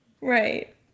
Right